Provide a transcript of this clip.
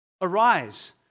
Arise